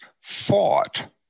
fought